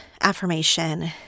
affirmation